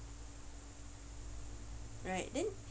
right then